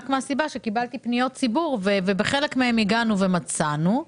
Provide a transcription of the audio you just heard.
מהסיבה שקיבלתי פניות ציבור ובחלק מהן הגענו ומצאנו,